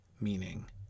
meaning